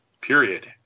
period